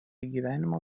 gyvenimo